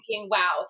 wow